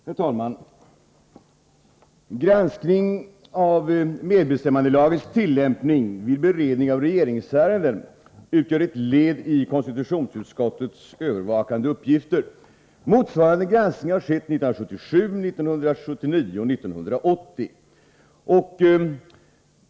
Herr talman! Granskning av medbestämmandelagens tillämpning vid beredning av regeringsärenden utgör ett led i konstitutionsutskottets övervakande uppgifter. Motsvarande granskning har skett 1977, 1979 och 1980.